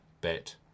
bet